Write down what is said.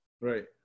Right